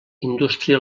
indústria